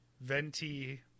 venti